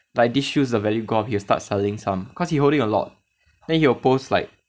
like these shoes the value gone he will start selling some cause he will holding a lot then he post like